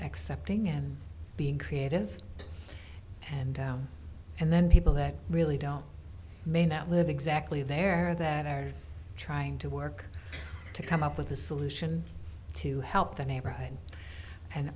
accepting and being creative and and then people that really don't may not live exactly there are that are trying to work to come up with a solution to help the neighborhood and